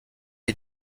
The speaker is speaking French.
est